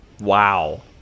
wow